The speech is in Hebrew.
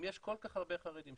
אם יש כל כך הרבה חרדים,